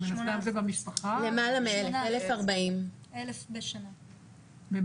זה הנתונים של 2019. גם